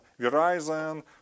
Verizon